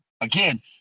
Again